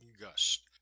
gust